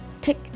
tick